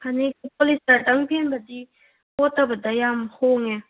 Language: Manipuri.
ꯐꯅꯦꯛ ꯄꯣꯂꯤꯁꯇꯔꯗꯪ ꯐꯦꯟꯕꯗꯤ ꯀꯣꯠꯇꯕꯗ ꯌꯥꯝ ꯍꯣꯡꯑꯦ